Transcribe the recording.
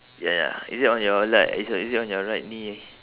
ya ya is it on your le~ is it is it on your right knee